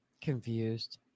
Confused